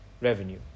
revenue